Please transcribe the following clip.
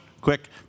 quick